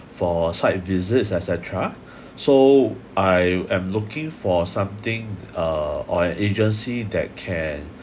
for site visit etcetera so I am looking for something uh on an agency that can